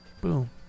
Boom